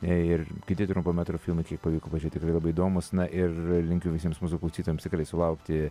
ir kiti trumpo metro filmai kaip pavyko pažiūrėti tikrai labai įdomūs na ir linkiu visiems mūsų klausytojams tikrai sulaukti